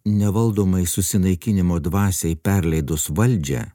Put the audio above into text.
nevaldomai susinaikinimo dvasiai perleidus valdžią